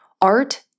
Art